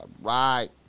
Right